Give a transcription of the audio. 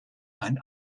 ein